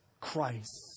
Christ